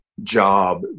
job